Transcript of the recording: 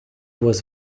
was